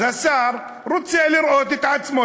אז השר רוצה לראות את עצמו,